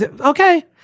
okay